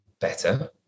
better